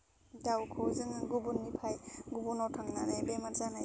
दावखौ जोङो गुबुननिफ्राय गुबुनाव थांनानै बेमार जानायखौ